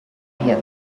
here